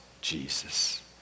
Jesus